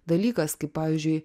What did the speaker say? dalykas kaip pavyzdžiui